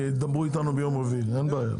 הם ידברו איתנו ביום רביעי, אין בעיה.